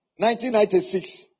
1996